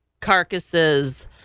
carcasses